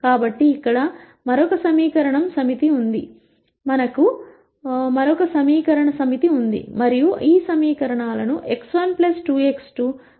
కాబట్టి ఇక్కడ మరొక సమీకరణం సమితి ఉంది మరియు ఈ సమీకరణాలను x1 2x2 5 2x1 4x2 10 ఇలా చదవాలి